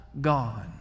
gone